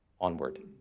onward